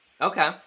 okay